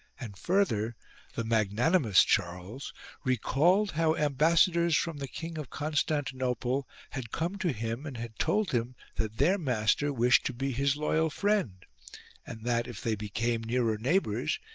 and further the magnanimous charles recalled how ambassadors from the king of constantinople had come to him and had told him that their master wished to be his loyal friend and that, if they became nearer neighbours,